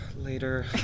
Later